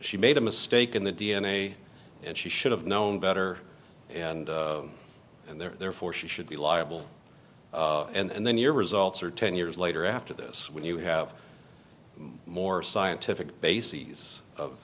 she made a mistake in the d n a and she should have known better and and therefore she should be liable and then your results are ten years later after this when you have more scientific bases of